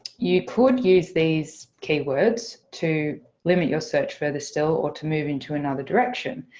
you could use these keywords to limit your search further still or to move into another direction.